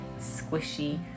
squishy